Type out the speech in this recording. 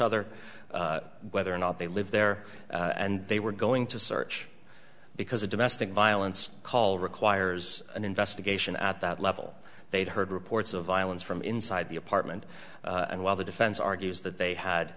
other whether or not they live there and they were going to search because of domestic violence call requires an investigation at that level they'd heard reports of violence from inside the apartment and while the defense argues that they